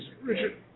Richard